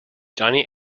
johnny